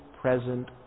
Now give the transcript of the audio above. present